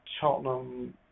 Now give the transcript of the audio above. Tottenham